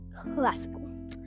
classical